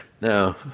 No